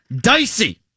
Dicey